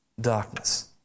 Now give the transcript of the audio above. darkness